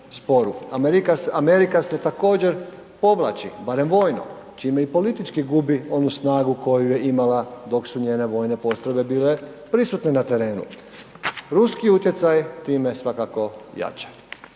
Amerika se također povlači barem vojno čime i politički gubi onu snagu koju je imala dok su njene vojne postrojbe bile prisutne na terenu. Ruski utjecaj time svakako jača.